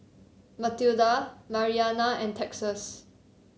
Matilda Mariana and Texas